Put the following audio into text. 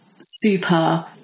super